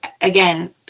again